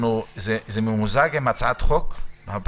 אנחנו דנים עכשיו בהצעת חוק להסדר התדיינות